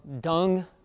dung